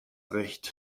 recht